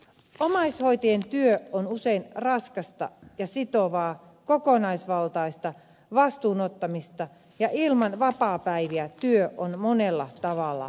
omaishoitajien työ on usein raskasta ja sitovaa kokonaisvaltaista vastuun ottamista ja ilman vapaapäiviä työ on monella tavalla uuvuttavaa